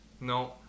No